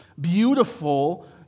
beautiful